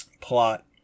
plot